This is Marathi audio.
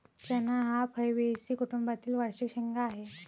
चणा हा फैबेसी कुटुंबातील वार्षिक शेंगा आहे